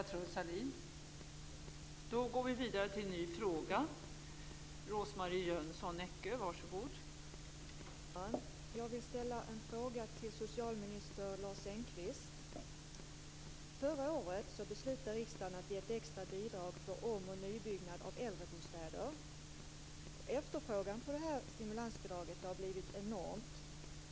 Fru talman! Jag vill ställa en fråga till socialminister Lars Engqvist. Förra året beslutade riksdagen att ge ett extra bidrag för om och nybyggnad av äldrebostäder. Efterfrågan på detta stimulansbidrag har blivit enormt.